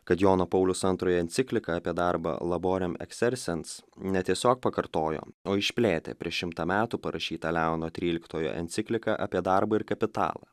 kad jono pauliaus antrojo encikliką apie darbą laborem exercens ne tiesiog pakartojo o išplėtė prieš šimtą metų parašytą leono tryliktojo encikliką apie darbą ir kapitalą